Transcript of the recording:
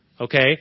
Okay